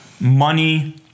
money